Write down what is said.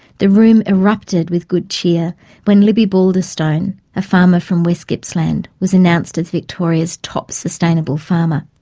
the room erupted with good cheer when libby balderstone, a farmer from west gippsland, was announced as victoria's top sustainable farmer.